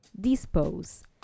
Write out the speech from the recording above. Dispose